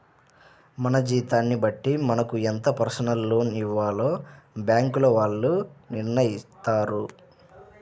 మన జీతాన్ని బట్టి మనకు ఎంత పర్సనల్ లోన్ ఇవ్వాలో బ్యేంకుల వాళ్ళు నిర్ణయిత్తారు